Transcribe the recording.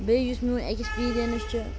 بیٚیہِ یُس میون ایٚکِسپیٖریَنٕس چھُ